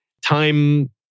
Time